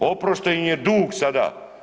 Oprošten im je dug sada.